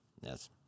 yes